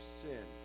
sin